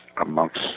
amongst